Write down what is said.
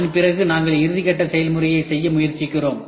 அதன் பிறகு நாங்கள் இறுதிகட்ட செயல்முறையைச் செய்ய முயற்சிக்கிறோம்